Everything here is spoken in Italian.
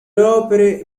opere